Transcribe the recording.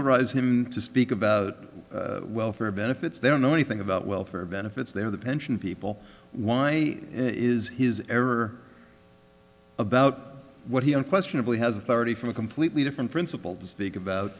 to rise him to speak about welfare benefits they don't know anything about welfare benefits they're the pension people why is his error about what he unquestionably has authority from a completely different principle to speak about